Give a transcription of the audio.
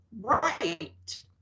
right